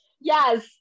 Yes